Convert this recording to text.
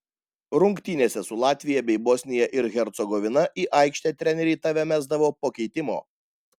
rungtynėse su latvija bei bosnija ir hercegovina į aikštę treneriai tave mesdavo po keitimo